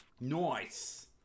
nice